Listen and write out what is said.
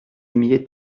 aimiez